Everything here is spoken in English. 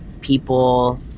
people